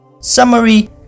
Summary